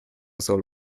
soll